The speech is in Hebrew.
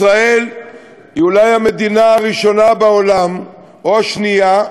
ישראל היא אולי המדינה הראשונה בעולם, או השנייה,